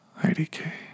IDK